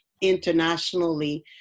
internationally